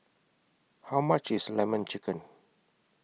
How much IS Lemon Chicken